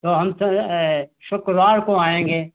तो हम फिर शुक्रवार को आएंगे